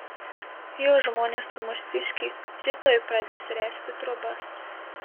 jo žmonės su mūsiškiais rytoj pradės ręsti trobas